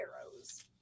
arrows